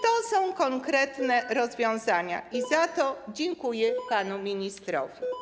To są konkretne rozwiązania i za to dziękuję panu ministrowi.